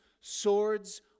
swords